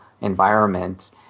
environment